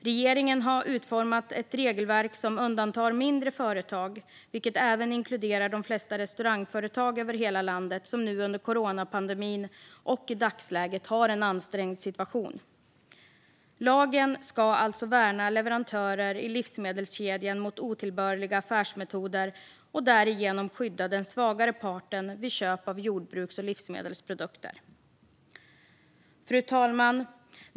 Regeringen har utformat ett regelverk som undantar mindre företag, vilket även inkluderar de flesta restaurangföretag över hela landet som nu under coronapandemin och i dagsläget har en ansträngd situation. Lagen ska alltså värna leverantörer i livsmedelskedjan mot otillbörliga affärsmetoder och därigenom skydda den svagare parten vid köp av jordbruks och livsmedelsprodukter. Fru talman!